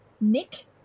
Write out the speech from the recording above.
Nick